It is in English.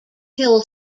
hill